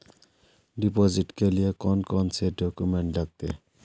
Deposit के लिए कौन कौन से डॉक्यूमेंट लगते?